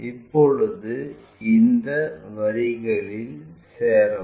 இப்போது இந்த வரிகளில் சேரவும்